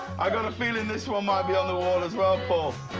i got a feeling this one might be on the wall as well, paul.